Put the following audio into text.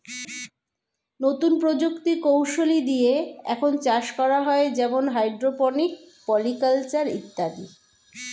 নতুন প্রযুক্তি কৌশলী দিয়ে এখন চাষ করা হয় যেমন হাইড্রোপনিক, পলি কালচার ইত্যাদি